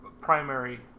primary